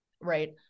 right